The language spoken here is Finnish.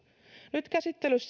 nyt käsittelyssä